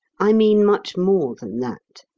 i mean much more than that.